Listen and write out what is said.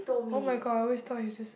[oh]-my-god I always thought he's just